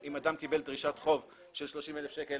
אם אדם קיבל דרישת חוב של 30,000 שקל